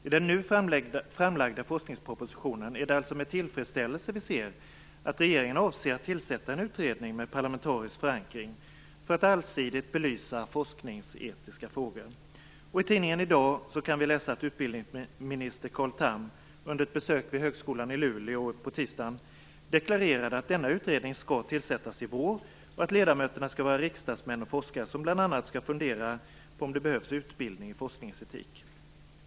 I den nu framlagda forskningspropositionen är det alltså med tillfredsställelse som vi ser att regeringen avser att tillsätta en utredning med parlamentarisk förankring för att allsidigt belysa forskningsetiska frågor. I tidningarna i dag kan vi läsa att utbildningsminister Carl Tham under ett besök på Högskolan i Luleå på tisdagen deklarerade att denna utredning skall tillsättas till våren och att ledamöterna skall vara riksdagsmän och forskare som bl.a. skall fundera över om det behövs utbildning i forskningsetik.